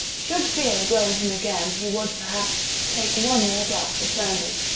should fear grow on him again he would, perhaps, take one more glass of brandy.